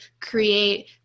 create